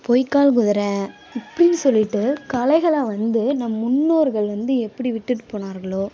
பொய்க்கால் குதிரை இப்படின் சொல்லிவிட்டு கலைகளை வந்து நம் முன்னோர்கள் வந்து எப்படி விட்டுட்டு போனார்களோ